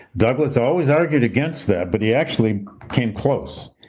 douglass always argued against that, but he actually came close.